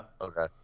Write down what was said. Okay